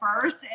first